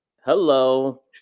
hello